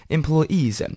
Employees